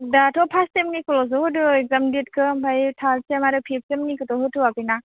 दाथ' फार्स्ट सेमनिखौल'सो होदो एग्जाम देटखौ ओमफ्राय थार्द सेम आरो फिफ्थ सेमनिखौथ' होथ'वाखैना